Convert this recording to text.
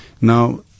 Now